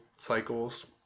cycles